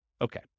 Okay